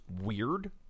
weird